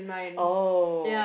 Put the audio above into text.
oh